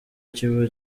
kiba